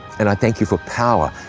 and i thank you for power,